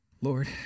Lord